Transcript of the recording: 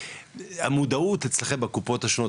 המודעות אצלכם בקופות השונות,